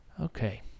Okay